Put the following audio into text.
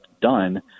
done